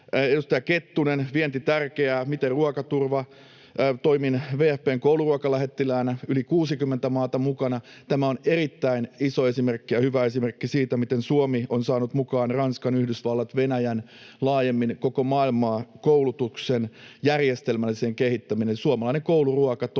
Edustaja Kettunen: Vienti tärkeää, miten ruokaturva? — Toimin WFP:n kouluruokalähettiläänä, yli 60 maata mukana. Tämä on erittäin iso esimerkki ja hyvä esimerkki siitä, miten Suomi on saanut mukaan Ranskan, Yhdysvallat, Venäjän, laajemmin koko maailman koulutuksen järjestelmälliseen kehittämiseen. Suomalainen kouluruoka toimii